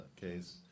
case